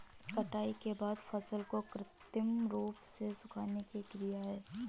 कटाई के बाद फसल को कृत्रिम रूप से सुखाने की क्रिया क्या है?